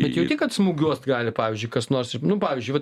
bet jauti kad smūgiuot gali pavyzdžiui kas nors pavyzdžiui vat